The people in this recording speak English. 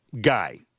Guy